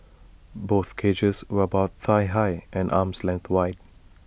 both cages were about thigh high and arm's length wide